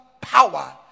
power